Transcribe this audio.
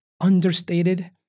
understated